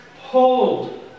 hold